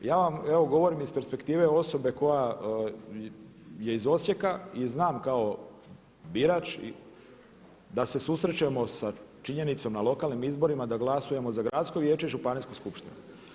Ja vam evo govorim iz perspektive osobe koja je iz Osijeka i znam kao birač da se susrećemo sa činjenicom na lokalnim izborima da glasujemo za gradsko vijeće i županijsku skupštinu.